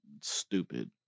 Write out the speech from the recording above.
stupid